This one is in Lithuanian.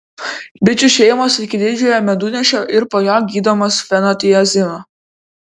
bičių šeimos iki didžiojo medunešio ir po jo gydomos fenotiazinu